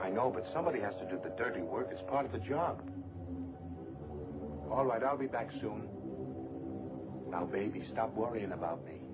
i know but somebody has to do the dirty work as part of a job all right i'll be back soon now baby stop worrying about me